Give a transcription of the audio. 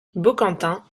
baucantin